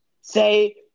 Say